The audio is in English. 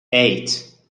eight